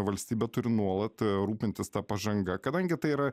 valstybė turi nuolat rūpintis ta pažanga kadangi tai yra